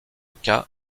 cas